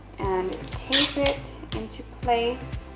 and tape it into place